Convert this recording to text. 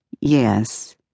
Yes